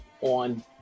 on